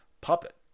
puppet